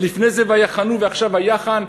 לפני זה "ויחנו" ועכשיו "ויחן"?